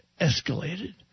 escalated